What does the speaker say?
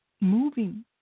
moving